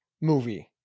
movie